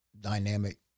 dynamic